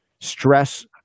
stress